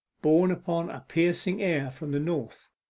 borne upon a piercing air from the north,